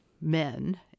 men